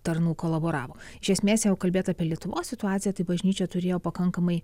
tarnų kolaboravo iš esmės jeigu kalbėt apie lietuvos situaciją tai bažnyčia turėjo pakankamai